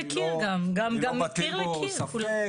אני לא מטיל בו ספק,